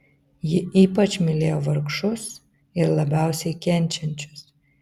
ji ypač mylėjo vargšus ir labiausiai kenčiančius